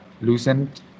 loosened